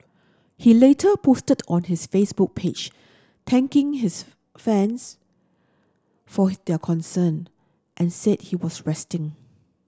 he later posted on his Facebook page thanking his fans for their concern and said he was resting